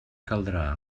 caldrà